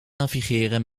navigeren